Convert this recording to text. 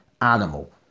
animal